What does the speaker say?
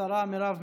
השרה מרב מיכאלי.